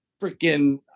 freaking